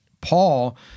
Paul